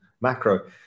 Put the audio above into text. macro